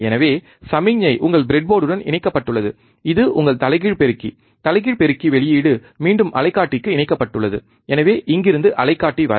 எனவே சமிக்ஞை உங்கள் ப்ரெட்போர்டுடன் இணைக்கப்பட்டுள்ளது இது உங்கள் தலைகீழ் பெருக்கி தலைகீழ் பெருக்கி வெளியீடு மீண்டும் அலைக்காட்டிக்கு இணைக்கப்பட்டுள்ளது எனவே இங்கிருந்து அலைக்காட்டி வரை